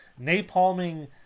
Napalming